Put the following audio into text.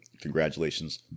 Congratulations